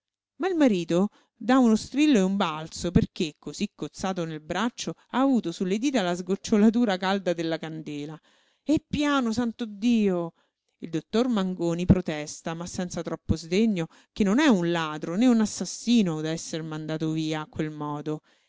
ma il marito dà uno strillo e un balzo perché cosí cozzato nel braccio ha avuto sulle dita la sgocciolatura calda della candela eh piano santo dio il dottor mangoni protesta ma senza troppo sdegno che non è un ladro né un assassino da esser mandato via a quel modo